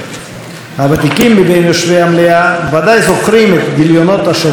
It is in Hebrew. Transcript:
הוותיקים מבין יושבי המליאה ודאי זוכרים את גיליונות השבועון,